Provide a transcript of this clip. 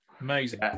Amazing